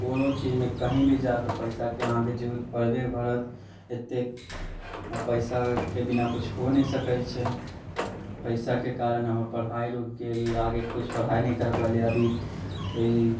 कोनो चीजमे कहीँ भी जाउ पैसाके अहाँकेँ जरूरत पड़बे करत एतेक पैसाके बिना किछु हो नहि सकैत छै पैसाके कारण हमर पढ़ाइ रुकि गेल आगे किछु पढ़ाइ नहि कर पयलियै अभी ई